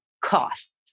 cost